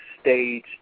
stage